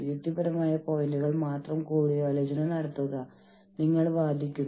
അതിനാൽ സംഘടനയിൽ യൂണിയനുകൾ ഉണ്ടാകുമെന്ന് നമ്മൾ അനുമാനിക്കുന്നു